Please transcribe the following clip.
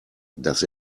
dass